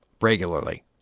Regularly